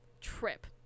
trip